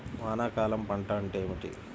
వానాకాలం పంట అంటే ఏమిటి?